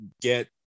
get